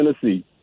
Tennessee